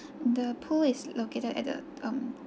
the pool is located at the um